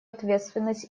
ответственность